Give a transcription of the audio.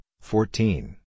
fourteen